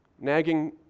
Nagging